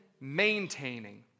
maintaining